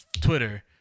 Twitter